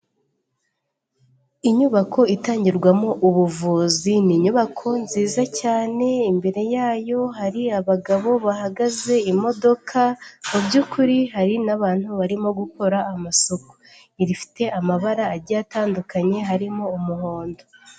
Inyubako itangirwamo ubuvuzi ni inyubako nziza cyane, imbere yayo hari abagabo bahagaze, imodoka mu by'ukuri hari n'abantu barimo gukora amasuku, irifite amabara agiye atandukanye harimo umuhondo.